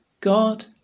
God